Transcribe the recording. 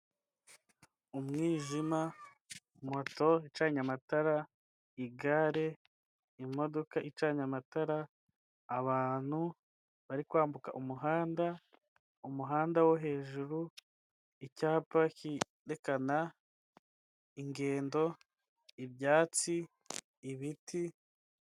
Umwijima moto icanye amatara, igare, imodoka icanye amatara, abantu bari kwambuka umuhanda, umuhanda wo hejuru, icyapa kerekana ingendo ibyatsi ibiti.